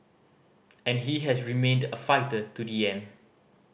and he has remained a fighter to the end